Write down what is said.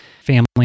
family